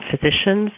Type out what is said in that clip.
physicians